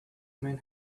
men